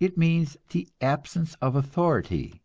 it means the absence of authority